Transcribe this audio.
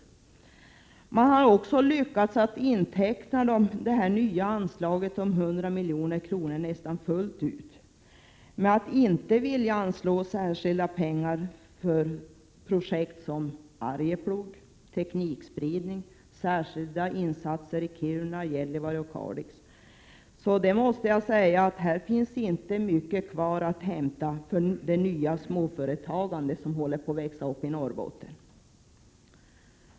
Vidare har man lyckats inteckna det nya anslaget om 100 milj.kr. nästan fullt ut genom att inte vilja anslå särskilda pengar till projekt som Arjeplog, teknikspridning, särskilda insatser i Kiruna, Gällivare och Kalix. Jag måste säga att här finns inte mycket kvar att hämta för det nya småföretagande som håller på att växa upp i Norrbotten.